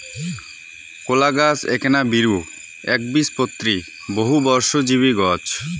কলাগছ এ্যাকনা বীরু, এ্যাকবীজপত্রী, বহুবর্ষজীবী গছ